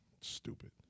Stupid